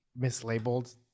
mislabeled